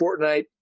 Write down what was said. Fortnite